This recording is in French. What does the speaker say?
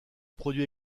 produit